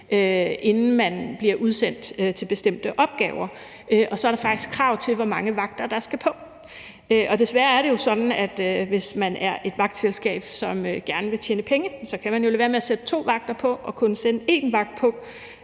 inden man bliver udsendt til bestemte opgaver, og så er der faktisk krav til, hvor mange vagter der skal på. Og desværre er det sådan, at hvis man er et vagtselskab, som gerne vil tjene penge, kan man jo lade være med at sætte to vagter på og kun sætte én vagt på,